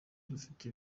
dufite